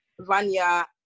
Vanya